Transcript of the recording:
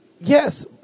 yes